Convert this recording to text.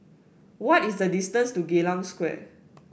what is the distance to Geylang Square